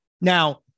Now